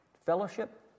fellowship